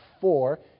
four